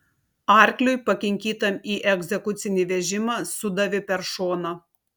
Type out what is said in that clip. arkliui pakinkytam į egzekucinį vežimą sudavė per šoną